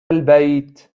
البيت